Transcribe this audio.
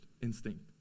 instinct